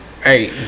Hey